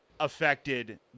Affected